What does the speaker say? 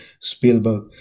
spielberg